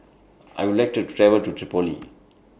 I Would like to travel to Tripoli